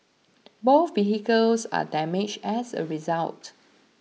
both vehicles were damaged as a result